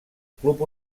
club